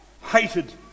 Hated